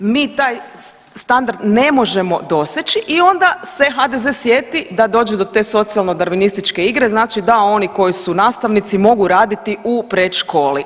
Mi taj standard ne možemo doseći i onda se HDZ sjeti da dođe do te socijalnodarvinističke igre znači da oni koji su nastavnici mogu raditi u predškoli.